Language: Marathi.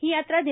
ही यात्रा दि